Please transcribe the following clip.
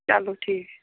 چلو ٹھیٖک چھُ